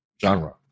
genre